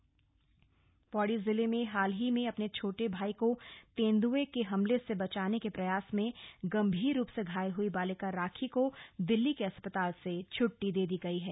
बालिका भर्ती पौड़ी जिले में हाल ही में अपने छोटे भाई को तेंदुए के हमले से बचाने के प्रयास में गंभीर रूप से घायल हुई बालिका राखी को दिल्ली के अस्पताल से छुट्टी दे दी गई है